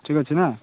ଠିକ୍ ଅଛି ନା